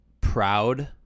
proud